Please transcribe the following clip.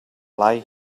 lai